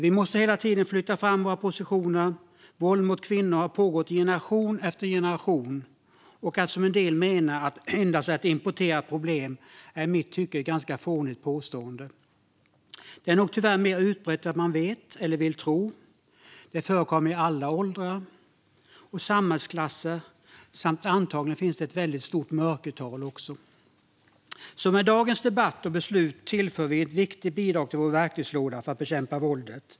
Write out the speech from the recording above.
Vi måste hela tiden flytta fram våra positioner. Våld mot kvinnor har pågått i generation efter generation. En del menar att det endast är ett importerat problem, vilket i mitt tycke är ett ganska fånigt påstående. Det är nog tyvärr mer utbrett än man vet eller vill tro, då det förekommer i alla åldrar och samhällsklasser. Antagligen finns det också ett väldigt stort mörkertal. Med dagens debatt och morgondagens beslut tillför vi ett viktigt bidrag till vår verktygslåda för att bekämpa våldet.